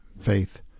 faith